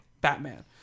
Batman